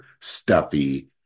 stuffy